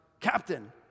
Captain